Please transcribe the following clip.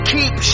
Keep